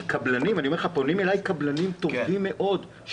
אני אומר לך שקבלנים טובים מאוד פונים אלי,